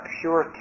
pure